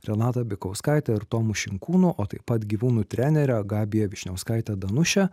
renata bikauskaite ir tomu šinkūnu o taip pat gyvūnų trenere gabija vyšniauskaite danuše